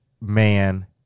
man